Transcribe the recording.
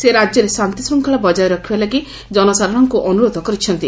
ସେ ରାଜ୍ୟରେ ଶାନ୍ତି ଶୃଙ୍ଖଳା ବକାୟ ରଖିବା ଲାଗି ଜନସାଧାରଣଙ୍କୁ ଅନୁରୋଧ କରିଛନ୍ତି